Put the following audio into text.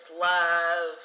love